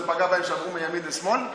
זה פגע בהם והם עברו מימין לשמאל?